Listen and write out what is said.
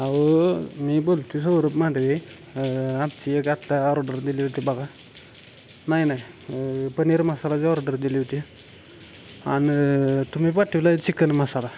अहो मी बोलती सौरब मांडरे आमची एक आत्ता ऑर्डर दिली होती बघा नाही नाही पनीर मसाला जे ऑर्डर दिली होती आणि तुम्ही पाठवलं चिकन मसाला